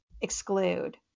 exclude